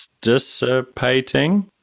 Dissipating